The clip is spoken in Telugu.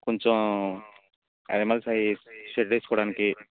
కొంచెం అనిమల్స్ అవి షెడ్ వేసుకోవడానికి